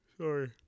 Sorry